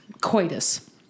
Coitus